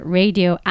radio